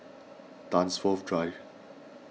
Dunsfold Drive